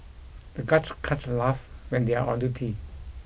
the guards can't laugh when they are on duty